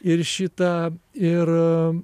ir šita ir